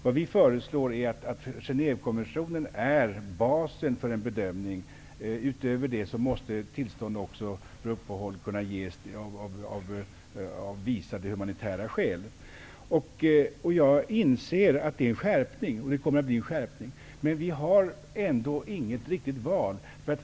Vad vi föreslår är att Genèvekonventionen skall vara basen för en bedömning, och utöver det måste tillstånd för uppehåll också kunna ges av visade humanitära skäl. Jag inser att det kommer att bli en skärpning, men vi har ändå inget riktigt val.